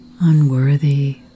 unworthy